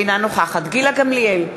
אינה נוכחת גילה גמליאל,